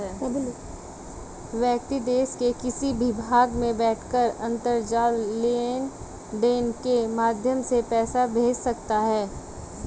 व्यक्ति देश के किसी भी भाग में बैठकर अंतरजाल लेनदेन के माध्यम से पैसा भेज सकता है